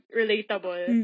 relatable